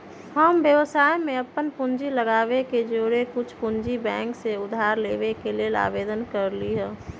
हम व्यवसाय में अप्पन पूंजी लगाबे के जौरेए कुछ पूंजी बैंक से उधार लेबे के लेल आवेदन कलियइ ह